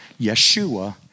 Yeshua